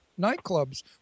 nightclubs